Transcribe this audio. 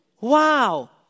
Wow